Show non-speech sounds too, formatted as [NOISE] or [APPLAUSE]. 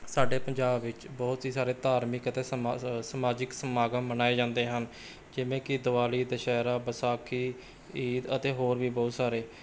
ਸਾਡੇ ਪੰਜਾਬ ਵਿੱਚ ਬਹੁਤ ਹੀ ਸਾਰੇ ਧਾਰਮਿਕ ਅਤੇ [UNINTELLIGIBLE] ਸਮਾਜਿਕ ਸਮਾਗਮ ਮਨਾਏ ਜਾਂਦੇ ਹਨ ਜਿਵੇਂ ਕਿ ਦਿਵਾਲੀ ਦੁਸਹਿਰਾ ਵਿਸਾਖੀ ਈਦ ਅਤੇ ਹੋਰ ਵੀ ਬਹੁਤ ਸਾਰੇ